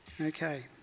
Okay